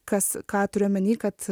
kas ką turiu omeny kad